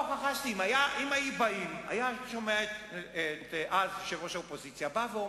אם היה בא יושב-ראש האופוזיציה ואומר: